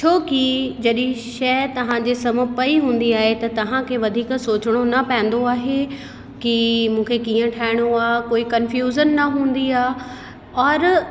छोकी जॾहिं शइ तव्हांजे साम्हूं पयी हूंदी आहे त तव्हांखे वधीक न सोचिणो पवंदो आहे की मूंखे कीअं ठाहिणो आहे कोई कंफ़्यूजन न हूंदी आहे और